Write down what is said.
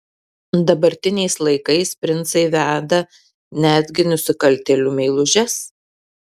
dabartiniais laikais princai veda netgi nusikaltėlių meilužes